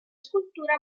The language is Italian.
scultura